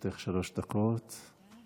רוצה לדבר על הצביעות והפנים לה,